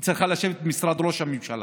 היא צריכה לשבת במשרד ראש הממשלה.